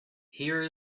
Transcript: here